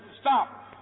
stop